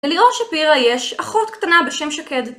לליאור שפירה יש, אחות קטנה בשם שקד